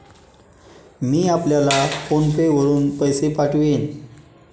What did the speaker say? मी आपल्याला PhonePe वरुन पैसे पाठवीन